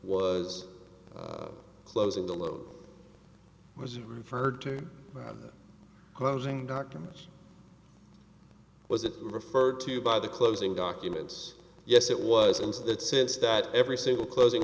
was closing the load was referred to closing documents was it referred to you by the closing documents yes it was in that sense that every single closing